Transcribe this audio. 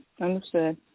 Understood